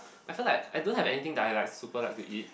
I feel I don't have anything that I like super like to eat